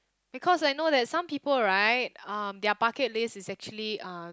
because I know that some people right um their bucket list is actually uh